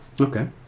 Okay